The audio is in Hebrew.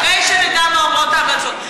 אחרי שנדע מה אומרות ההמלצות.